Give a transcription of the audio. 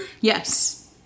Yes